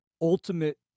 ultimate